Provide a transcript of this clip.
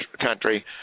country